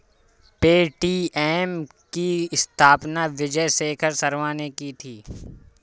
Paytm की स्थापना विजय शेखर शर्मा ने की थी